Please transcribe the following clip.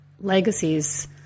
legacies